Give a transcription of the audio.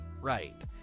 right